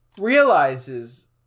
realizes